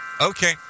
okay